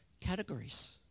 categories